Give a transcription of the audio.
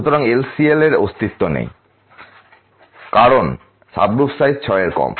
সুতরাং LCL এর অস্তিত্ব নেই কারণ সাবগ্রুপ সাইজ 6 এর থেকে কম